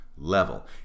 Level